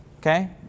okay